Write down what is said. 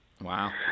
wow